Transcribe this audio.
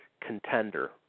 contender